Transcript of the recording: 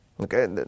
Okay